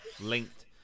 linked